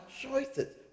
choices